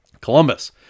Columbus